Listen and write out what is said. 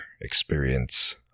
experience